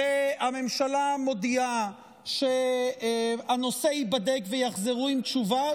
והממשלה מודיעה שהנושא ייבדק ויחזרו עם תשובה,